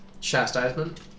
Chastisement